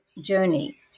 journey